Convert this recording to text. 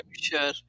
sure